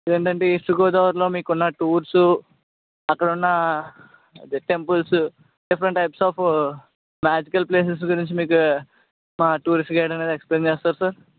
ఏంటంటే ఈస్ట్ గోదావరిలో మీకు ఉన్న టూర్సు అక్కడ ఉన్న అదే temples different types of magical places గురించి మీకు మా టూరిస్ట్ గైడ్ అనేది ఎక్స్ప్లెయిన్ చేస్తారు సార్